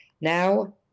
Now